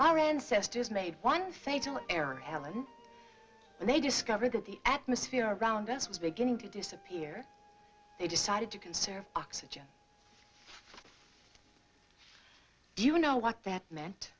our ancestors made one fatal error helen and they discovered that the atmosphere around us was beginning to disappear they decided to conserve oxygen do you know what that meant